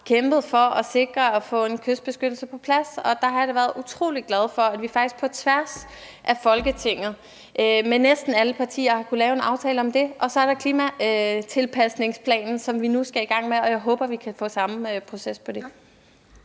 kæmpet for at sikre at få en kystbeskyttelse på plads. Der har jeg da været utrolig glad for, at vi faktisk på tværs af Folketinget med næsten alle partier har kunnet lave en aftale om det. Så er der klimatilpasningsplanen, som vi nu skal i gang med, og jeg håber, processen